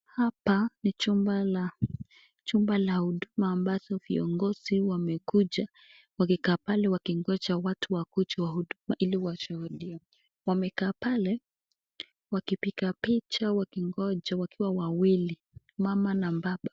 Hapa ni chumba la chumba la huduma ambazo viongozi wamekuja wakikaa pale wakingoja watu wakuje wahuduma ili washuhudie. Wamekaa pale wakipiga picha wakingoja wakiwa wawili, mama na baba.